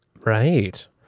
Right